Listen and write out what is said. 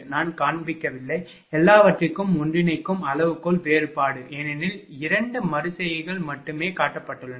நான் காண்பிக்கவில்லை எல்லாவற்றிற்கும் ஒன்றிணைக்கும் அளவுகோல் வேறுபாடு ஏனெனில் 2 மறு செய்கைகள் மட்டுமே காட்டப்பட்டுள்ளன